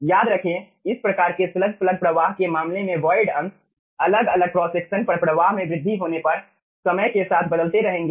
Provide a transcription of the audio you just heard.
याद रखें इस प्रकार के स्लग प्लग प्रवाह के मामले में वॉइड अंश अलग अलग क्रॉस सेक्शन पर प्रवाह में वृद्धि होने पर समय के साथ बदलते रहेंगे